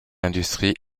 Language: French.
industrie